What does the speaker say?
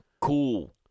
Cool